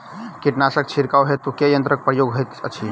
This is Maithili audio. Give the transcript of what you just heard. कीटनासक छिड़काव हेतु केँ यंत्रक प्रयोग होइत अछि?